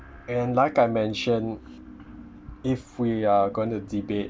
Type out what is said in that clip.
and like I mentioned if we are going to debate